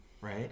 right